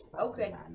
Okay